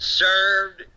served